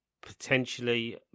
potentially